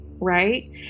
Right